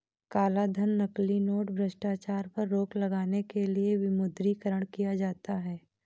कालाधन, नकली नोट, भ्रष्टाचार पर रोक लगाने के लिए विमुद्रीकरण किया जाता है